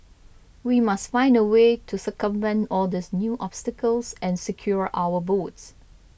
we must find a way to circumvent all these new obstacles and secure our votes